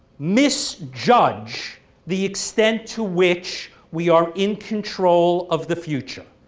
misjudge the extent to which we are in control of the future,